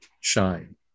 shine